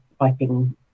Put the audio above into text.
typing